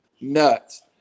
nuts